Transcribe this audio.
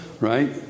right